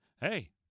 Hey